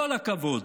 כל הכבוד".